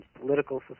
political